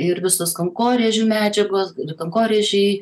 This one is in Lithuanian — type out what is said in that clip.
ir visos kankorėžių medžiagos kankorėžiai